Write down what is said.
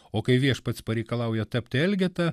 o kai viešpats pareikalauja tapti elgeta